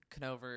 Canover